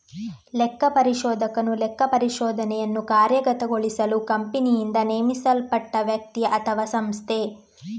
ಲೆಕ್ಕಪರಿಶೋಧಕನು ಲೆಕ್ಕಪರಿಶೋಧನೆಯನ್ನು ಕಾರ್ಯಗತಗೊಳಿಸಲು ಕಂಪನಿಯಿಂದ ನೇಮಿಸಲ್ಪಟ್ಟ ವ್ಯಕ್ತಿ ಅಥವಾಸಂಸ್ಥೆ